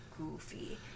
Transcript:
goofy